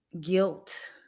guilt